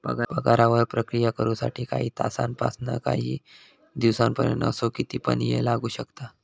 पगारावर प्रक्रिया करु साठी काही तासांपासानकाही दिसांपर्यंत असो किती पण येळ लागू शकता